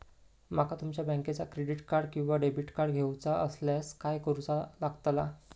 माका तुमच्या बँकेचा क्रेडिट कार्ड किंवा डेबिट कार्ड घेऊचा असल्यास काय करूचा लागताला?